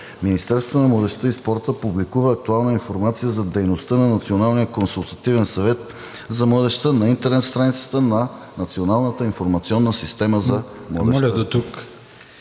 Министерството на младежта и спорта публикува актуална информация за дейността на Националния консултативен съвет за младежта на интернет страницата на Националната информационна система за младежта.“